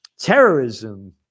Terrorism